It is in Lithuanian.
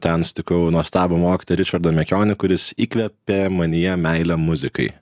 ten sutikau nuostabų mokytoją ričardą mekionį kuris įkvepė manyje meilę muzikai